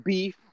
Beef